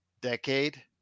decade